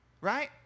right